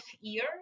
year